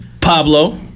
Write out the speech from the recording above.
Pablo